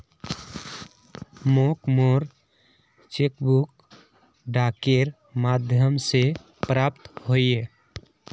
मोक मोर cheque book डाकेर माध्यम से प्राप्त होइए